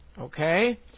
Okay